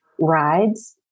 rides